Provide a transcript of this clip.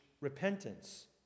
repentance